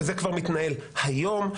וזה כבר מתנהל היום,